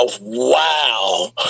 wow